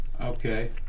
Okay